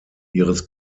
ihres